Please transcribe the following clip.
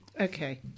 Okay